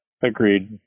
Agreed